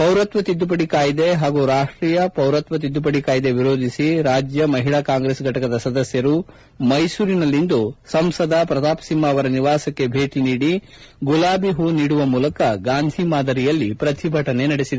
ಪೌರತ್ವ ತಿದ್ಲುಪಡಿ ಕಾಯ್ನೆ ಹಾಗೂ ರಾಷ್ಟೀಯ ಪೌರತ್ವ ತಿದ್ಲುಪಡಿ ಕಾಯ್ನೆ ವಿರೋಧಿಸಿ ರಾಜ್ಯ ಮಹಿಳಾ ಕಾಂಗ್ರೆಸ್ ಫಟಕದ ಸದಸ್ತರು ಮೈಸೂರಿನಲ್ಲಿಂದು ಸಂಸದ ಪ್ರತಾಷ್ ಸಿಂಹ ಅವರ ನಿವಾಸ ಭೇಟಿ ನೀಡಿ ಗುಲಾಬಿ ಹೂ ನೀಡುವ ಮೂಲಕ ಗಾಂಧಿ ಮಾದರಿಯಲ್ಲಿ ಪ್ರತಿಭಟನೆ ನಡೆಸಿದರು